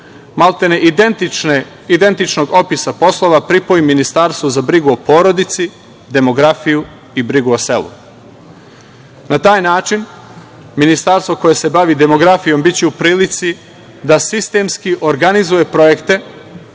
maltene, identičnog opisa poslova pripoji ministarstvo za brigu o porodici, demografiju i brigu o selu. Na taj način ministarstvo koje se bavi demografijom biće u prilici da sistemski organizuje projekte